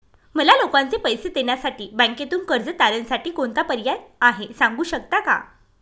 मला लोकांचे पैसे देण्यासाठी बँकेतून कर्ज तारणसाठी कोणता पर्याय आहे? सांगू शकता का?